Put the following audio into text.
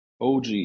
OG